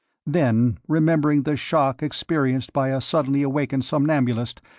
then, remembering the shock experienced by a suddenly awakened somnambulist,